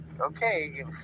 okay